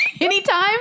anytime